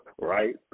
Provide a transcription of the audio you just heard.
Right